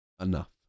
enough